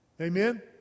Amen